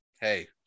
hey